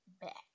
back